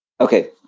Okay